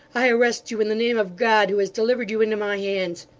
i arrest you in the name of god, who has delivered you into my hands.